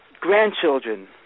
grandchildren